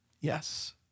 Yes